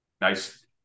Nice